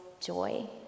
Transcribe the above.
joy